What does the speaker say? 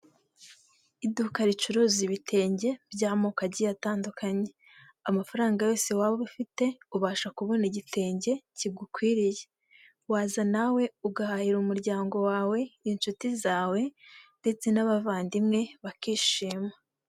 Iduka ricuruza ibitenge by'amoko agiye atandukanye, amafaranga yose waba ufite ubasha kubona igitenge kigukwiriye, waza nawe ugahahira umuryango wawe, inshuti zawe ndetse n'abavandimwe bakishima.